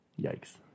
Yikes